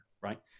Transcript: Right